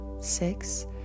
six